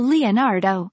Leonardo